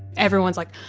everyone's like,